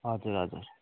हजुर हजुर